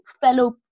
fellow